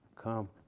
come